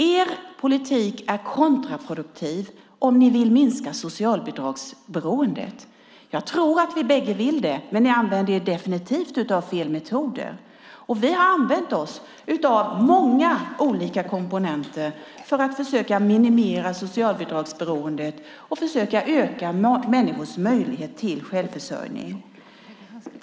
Er politik är kontraproduktiv om ni vill minska socialbidragsberoendet. Jag tror att både vi och ni vill det, men ni använder er definitivt av fel metoder. Vi har använt oss av många olika komponenter för att försöka minimera socialbidragsberoendet och öka människors möjlighet till självförsörjning.